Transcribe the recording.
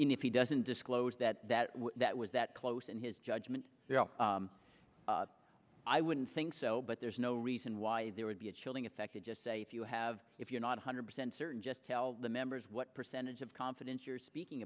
in if he doesn't disclose that that that was that close in his judgment i wouldn't think so but there's no reason why there would be a chilling effect to just say if you have if you're not one hundred percent certain just tell the members what percentage of confidence you're speaking